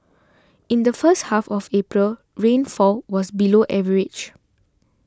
in the first half of April rainfall was below average